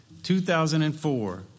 2004